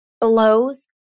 blows